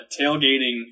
tailgating